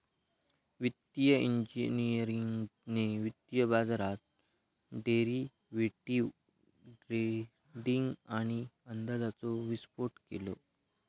वित्तिय इंजिनियरिंगने वित्तीय बाजारात डेरिवेटीव ट्रेडींग आणि अंदाजाचो विस्फोट केलो